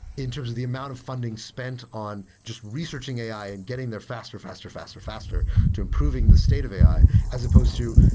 in terms of the amount of funding spent on just researching ai and getting there faster, faster, faster faster to improving the state of ai as supposed to,